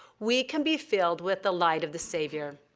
we can be filled with the light of the savior.